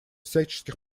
всяческих